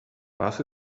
was